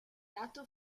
lato